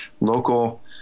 local